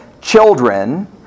children